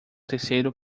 terceiro